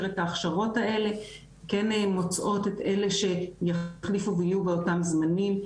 את ההכשרות האלה כן מוצאות את אלה שיחליפו ויהיו באותם זמנים.